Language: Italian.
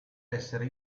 essere